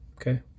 Okay